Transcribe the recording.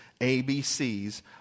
ABC's